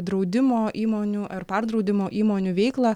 draudimo įmonių ar perdraudimo įmonių veiklą